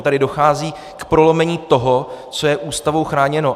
Tady dochází k prolomení toho, co je Ústavou chráněno.